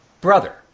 Brother